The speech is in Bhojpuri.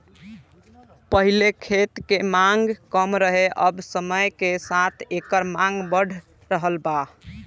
पहिले खेत के मांग कम रहे अब समय के साथे एकर मांग बढ़ रहल बा